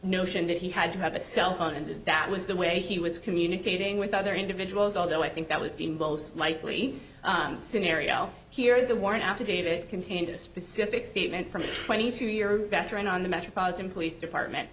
notion that he had to have a cell phone and that was the way he was communicating with other individuals although i think that was the involves likely scenario here the warrant affidavit contained a specific statement from twenty two year veteran on the metropolitan police department